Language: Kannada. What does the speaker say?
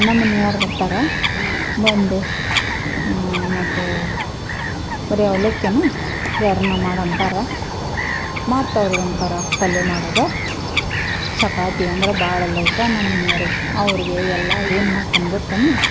ನಮ್ಮ ಮನ್ಯಾರು ಬರ್ತಾರೆ ಬಂದು ಮತ್ತೆ ಬರೀ ಅವ್ಲಕ್ಕಿನಾ ಬೇರೆನೇ ಮಾಡು ಅಂತಾರೆ ಮತ್ತೆ ಅವ್ರಿಗೊಂದು ಥರ ಪಲ್ಯ ಮಾಡೋದು ಚಪಾತಿ ಅಂದ್ರೆ ಭಾಳ ಲೈಕ ನಮ್ಮ ಮನೆಯರಿಗ್ ಅವ್ರಿಗೆ ಎಲ್ಲ ಏನು ಮಾಡ್ತೇನ್ ಗೊತ್ತೇನು